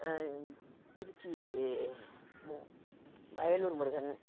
Trichy Vayalur Murugan